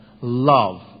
love